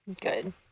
good